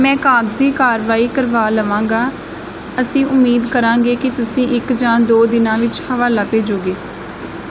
ਮੈਂ ਕਾਗਜ਼ੀ ਕਾਰਵਾਈ ਕਰਵਾ ਲਵਾਂਗਾ ਅਸੀਂ ਉਮੀਦ ਕਰਾਂਗੇ ਕਿ ਤੁਸੀਂ ਇੱਕ ਜਾਂ ਦੋ ਦਿਨਾਂ ਵਿੱਚ ਹਵਾਲਾ ਭੇਜੋਗੇ